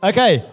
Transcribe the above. Okay